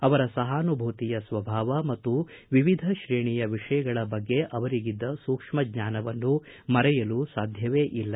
ಅವರ ಸಹಾನುಭೂತಿಯ ಸ್ವಭಾವ ಮತ್ತು ವಿವಿಧ ಶ್ರೇಣಿಯ ವಿಷಯಗಳ ಬಗ್ಗೆ ಅವರಿಗಿದ್ದ ಸೂಕ್ಷ್ಮ ಜ್ಞಾನವನ್ನು ಮರೆಯಲು ಸಾಧ್ಯವೇ ಇಲ್ಲ